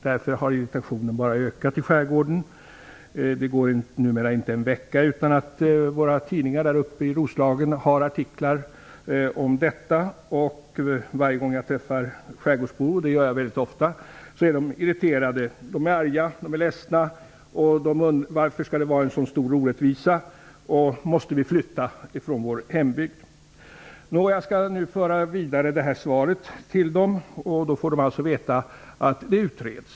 Därför har irritationen i skärgården bara ökat. Det går numera inte en vecka utan att tidningarna i Roslagen har artiklar om detta. Varje gång jag träffar skärgårdsbor, och det gör jag väldigt ofta, är de mycket irriterade. De är irriterade, arga och ledsna. De undrar varför det skall råda en så stor orättvisa och om de måste flytta från sin hembygd. Jag skall nu föra vidare svaret till dessa skärgårdsbor. De får då veta att frågan utreds.